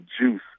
juice